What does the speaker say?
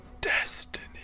destiny